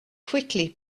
quickly